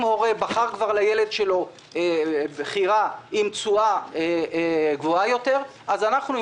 אם הורה בחר כבר לילד שלו בחירה עם תשואה גבוהה יותר אז עם